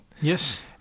Yes